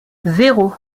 zéro